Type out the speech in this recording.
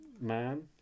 Man